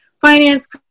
finance